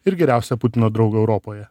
ir geriausią putino draugą europoje